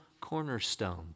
cornerstone